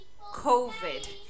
COVID